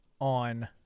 on